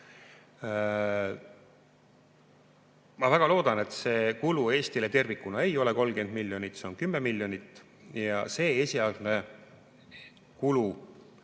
Ma väga loodan, et see kulu Eestile tervikuna ei ole 30 miljonit, vaid see on 10 miljonit, ja esialgne kulu